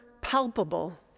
palpable